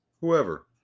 whoever